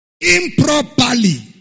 improperly